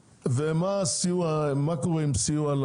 ומה קורה עם קרן הסיוע,